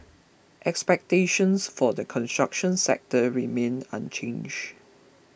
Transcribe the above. expectations for the construction sector remain unchange